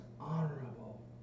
honorable